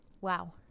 Wow